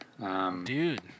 Dude